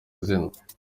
izina